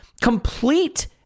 complete